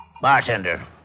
Bartender